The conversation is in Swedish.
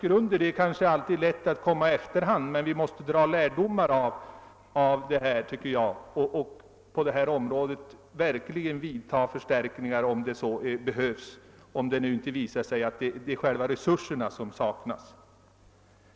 Jag understryker att det alltid är lätt att vara efterklok men att vi måste ta lärdom av det inträffade och verkligen vidtaga förstärkningar på detta område, om så behövs, dvs. om det är resurser som saknas.